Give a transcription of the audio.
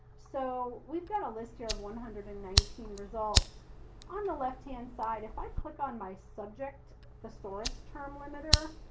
so we've got a list here of one hundred and nineteen results on the left hand side, if i click on my subject thesaurus term limiter,